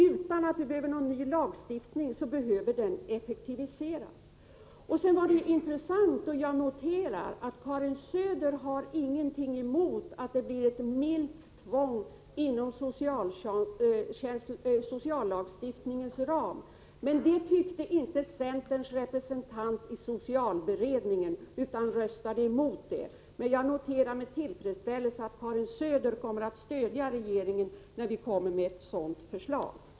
Utan att det är fråga om någon ny lagstiftning så behöver socialtjänsten effektiviseras. Det var intressant att höra att Karin Söder inte har någonting emot att det blir ett milt tvång inom sociallagstiftningens ram. Men den inställningen hade inte centerns representant i socialberedningen utan röstade emot detta. Men jag noterar med tillfredsställelse att Karin Söder kommer att stödja regeringen, när vi lägger fram ett sådant förslag.